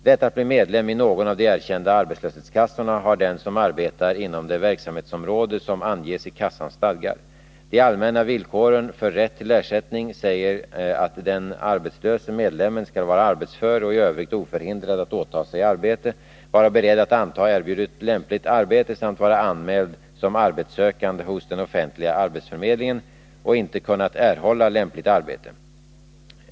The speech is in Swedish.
Rätt att bli medlem i någon av de erkända arbetslöshetskassorna har den som arbetar inom det verksamhetsområde som anges i kassans stadgar. De allmänna villkoren för rätt till ersättning säger att den arbetslöse medlemmen skall vara arbetsför och i övrigt oförhindrad att åta sig arbete, vara beredd att anta erbjudet lämpligt arbete samt vara anmäld som arbetssökande hos den offentliga arbetsförmedlingen och inte kunnat erhålla lämpligt arbete.